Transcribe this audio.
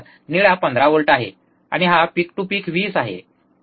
निळा 15 व्होल्ट आहे आणि हा पिक टू पिक 20 आहे ठीक आहे